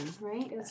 right